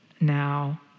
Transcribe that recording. now